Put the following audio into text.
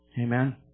Amen